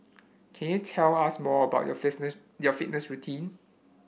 can you tell us more about your your fitness routine